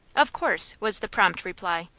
of course, was the prompt reply.